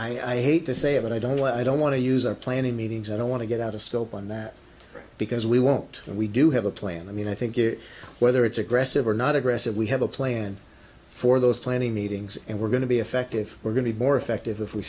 i i hate to say but i don't know i don't want to use our planning meetings i don't want to get out of scope on that because we won't and we do have a plan i mean i think it whether it's aggressive or not aggressive we have a plan for those planning meetings and we're going to be effective we're going to be more effective if we